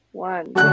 one